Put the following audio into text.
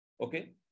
Okay